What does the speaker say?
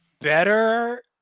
better